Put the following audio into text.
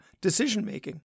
decision-making